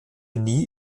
nie